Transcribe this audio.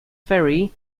ferry